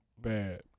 Bad